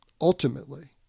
ultimately